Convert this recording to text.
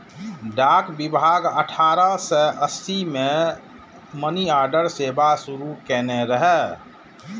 डाक विभाग अठारह सय अस्सी मे मनीऑर्डर सेवा शुरू कयने रहै